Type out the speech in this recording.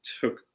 took